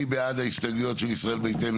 מי בעד קבלת ההסתייגויות של סיעת ישראל ביתנו?